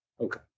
Okay